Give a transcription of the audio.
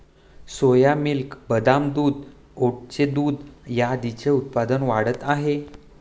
सोया milk, बदाम दूध, ओटचे दूध आदींचे उत्पादन वाढत आहे